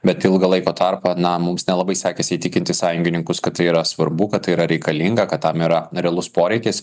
bet ilgą laiko tarpą na mums nelabai sekėsi įtikinti sąjungininkus kad tai yra svarbu kad tai yra reikalinga kad tam yra realus poreikis